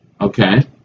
Okay